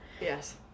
Yes